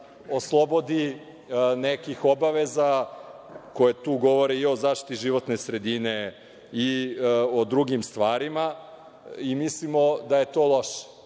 oslobodi nekih obaveza koje tu govore i o zaštiti životne sredine i o drugim stvarima. Mislimo da je to loše